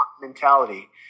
mentality